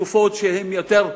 בתקופות שהן יותר סוערות,